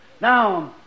Now